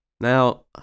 Now